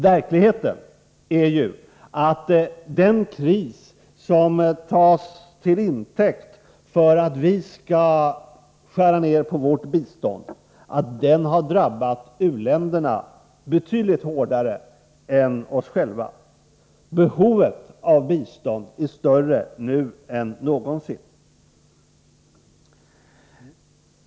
Verkligheten är ju att den kris som tas till intäkt för att vi skall skära ned vårt bistånd har drabbat u-länderna betydligt hårdare än oss själva. Behovet av bistånd är större nu än någonsin.